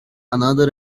another